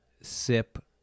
sip